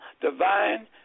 divine